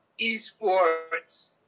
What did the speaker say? esports